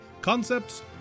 concepts